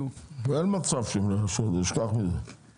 אין מצב שהם לא יאשרו את זה תשכח מזה,